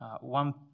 One